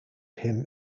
him